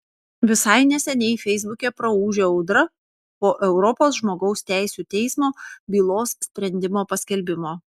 visai neseniai feisbuke praūžė audra po europos žmogaus teisių teismo bylos sprendimo paskelbimo